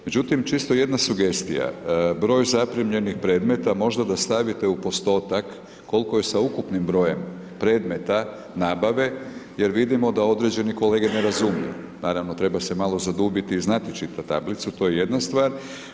Međutim, čisto jedna sugestija, broj zaprimljenih predmeta možda da stavite u postotak koliko je sa ukupnim brojem predmeta nabave jer vidimo da određeni kolege ne razumiju, naravno treba se malo zadubiti i znati čitati tablicu, to je jedna stvar.